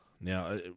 Now